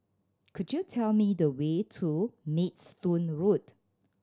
could you tell me the way to Maidstone Road